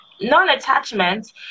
non-attachment